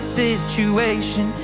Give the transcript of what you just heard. situation